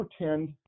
pretend